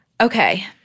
Okay